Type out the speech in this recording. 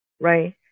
right